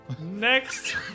Next